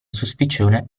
suspicione